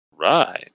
Right